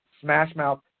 smash-mouth